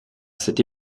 cette